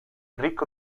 ricco